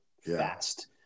fast